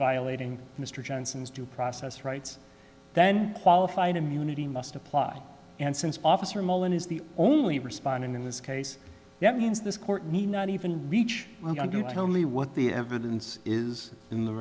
violating mr johnson's due process rights then qualified immunity must apply and since officer mullen is the only responding in this case that means this court need not even reach on to tell me what the evidence is in the